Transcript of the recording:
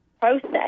process